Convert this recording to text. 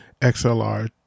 XLR